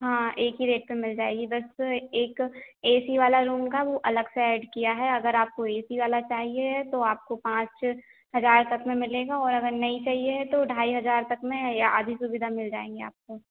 हाँ एक ही रेट पर मिल जाएगी बस एक ए सी वाला रूम का वह अलग से ऐड किया है अगर आपको ए सी वाला चाहिए है तो आपको पाँच हज़ार तक में मिलेगा और अगर नहीं चाहिए है तो ढाई हज़ार तक में या आधी सुविधा मिल जाएँगी आपको